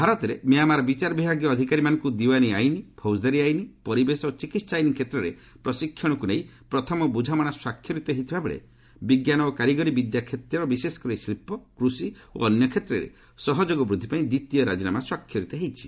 ଭାରତରେ ମ୍ୟାମାର୍ ବିଚାର ବିଭାଗୀୟ ଅଧିକାରୀମାନଙ୍କୁ ଦିୱାନୀ ଆଇନ୍ ଫୌକଦାର ଆଇନ୍ ପରିବେଶ ଓ ଚିକିତ୍ସା ଆଇନ୍ କ୍ଷେତ୍ରରେ ପ୍ରଶିକ୍ଷଣକୁ ନେଇ ପ୍ରଥମ ବୁଝାମଣା ସ୍ୱାକ୍ଷରିତ ହୋଇଥିବା ବେଳେ ବିଜ୍ଞାନ ଓ କାରିଗରି ବିଦ୍ୟା କ୍ଷେତ୍ର ବିଶେଷ କରି ଶିଳ୍ପ କୃଷି ଓ ଅନ୍ୟ କ୍ଷେତ୍ରରେ ସହଯୋଗ ବୃଦ୍ଧି ପାଇଁ ଦ୍ୱିତୀୟ ରାଜିନାମା ସ୍ୱାକ୍ଷରିତ ହୋଇଛି